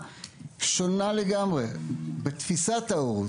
בתור פסיכיאטר,